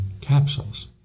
capsules